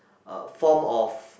a form of